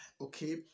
okay